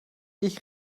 ich